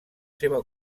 seva